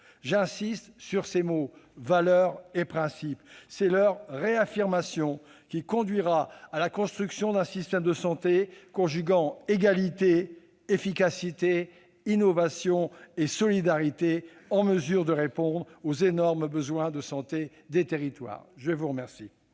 J'insiste sur les termes « valeurs » et « principes ». C'est leur réaffirmation qui conduira à la construction d'un système de santé conjuguant égalité, efficacité, innovation et solidarité, en mesure de répondre aux énormes besoins de santé des territoires. La parole